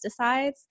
pesticides